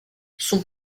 son